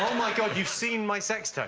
my god, you've seen my sex tape!